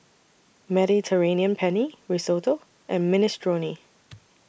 Mediterranean Penne Risotto and Minestrone